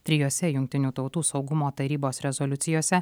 trijose jungtinių tautų saugumo tarybos rezoliucijose